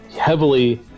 heavily